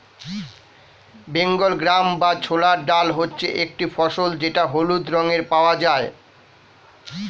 Bengal gram বা ছোলার ডাল হচ্ছে একটি ফসল যেটা হলুদ রঙে পাওয়া যায়